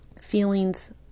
Feelings